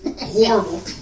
Horrible